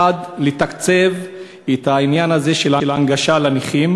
1. לתקצב את העניין הזה של ההנגשה לנכים,